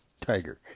tiger